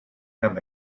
him